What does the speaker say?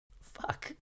Fuck